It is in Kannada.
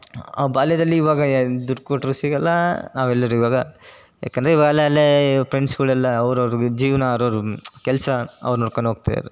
ಆ ಬಾಲ್ಯದಲ್ಲಿ ಇವಾಗ ಏನು ದುಡ್ಡು ಕೊಟ್ಟರೂ ಸಿಗೋಲ್ಲ ನಾವು ಎಲ್ಲರೂ ಇವಾಗ ಯಾಕಂದರೆ ಇವಾಗಲೇ ಪ್ರೆಂಡ್ಸ್ಗಳೆಲ್ಲ ಅವ್ರವ್ರ್ಗೆ ಜೀವನ ಅವ್ರವ್ರ ಕೆಲಸ ಅವ್ರು ನೋಡ್ಕಂಡ್ ಹೋಗ್ತಿದಾರೆ